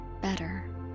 better